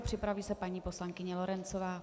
Připraví se paní poslankyně Lorencová.